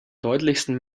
deutlichsten